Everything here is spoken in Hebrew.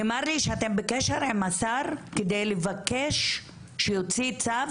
נאמר לי שאתם בקשר עם השר כדי שיוציא צו